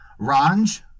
Ranj